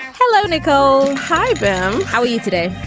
hello nicole. hi ben. how are you today.